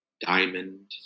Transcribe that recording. diamond